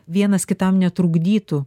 vienas kitam netrukdytų